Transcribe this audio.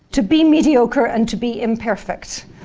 to be mediocre and to be imperfect'. so